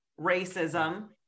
racism